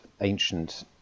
ancient